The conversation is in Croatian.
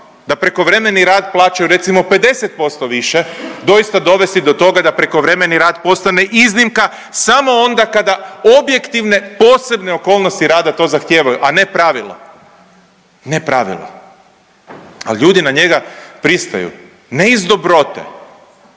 da prekovremeni rad plaćaju, recimo, 50% više, doista dovesti do toga da prekovremeni rad postane iznimka samo onda kada objektive posebne okolnosti rada to zahtijevaju, a ne pravilo. Ne pravilo. Ali ljudi na njega pristaju. Ne iz dobrote,